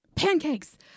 Pancakes